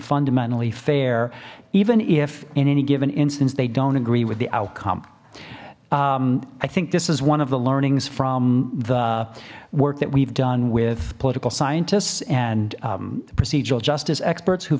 fundamentally fair even if in any given instance they don't agree with the outcome i think this is one of the learnings from the work that we've done with political scientists and procedural justice experts who